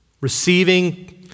receiving